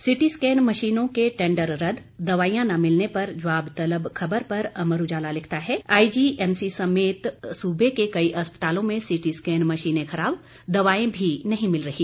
सीटी स्कैन मशीनों के टेंडर रद्द दवाइयां न मिलने पर जवाबतलब खबर पर अमर उजाला लिखता है आईजीएमसी समेत सूबे के कई अस्पतालों में सीटी स्कैन मशीनें खराब दवाएं भी नहीं मिल रहीं